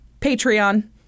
Patreon